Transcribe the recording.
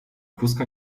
kózka